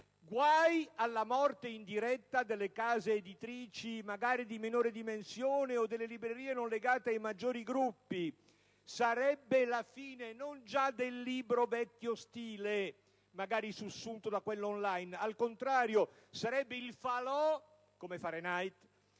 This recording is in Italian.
guai alla morte in diretta delle case editrici di minori dimensioni o delle librerie non legate ai maggiori gruppi! Sarebbe la fine: non già del libro vecchio stile, sussunto da quello *on line* ma, al contrario, sarebbe il falò, come in Fahrenheit